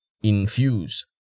Infuse